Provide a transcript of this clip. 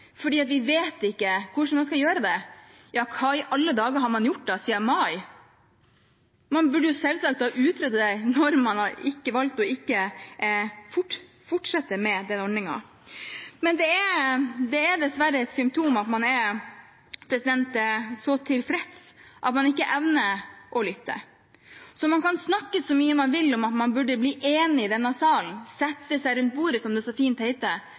vi vet ikke hvordan vi skal gjøre det – ja, hva i alle dager har man gjort siden mai? Man burde jo selvsagt ha utredet det når man har valgt ikke å fortsette med denne ordningen. Men det er dessverre et symptom at man er så tilfreds at man ikke evner å lytte. Man kan snakke så mye man vil om at man burde bli enige i denne sal – sette seg rundt bordet, som det så fint